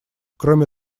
кроме